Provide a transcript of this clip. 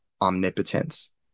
omnipotence